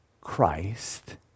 Christ